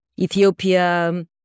Ethiopia